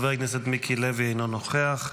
חבר הכנסת מיקי לוי, אינו נוכח.